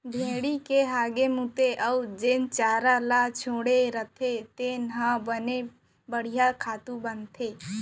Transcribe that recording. भेड़ी के हागे मूते अउ जेन चारा ल छोड़े रथें तेन ह बने बड़िहा खातू बनथे